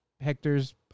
Hector's